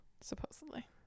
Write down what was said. Supposedly